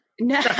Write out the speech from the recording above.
No